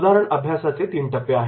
उदाहरण अभ्यासाचे तीन टप्पे आहेत